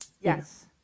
Yes